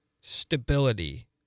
Stability